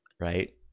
Right